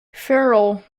farrell